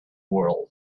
world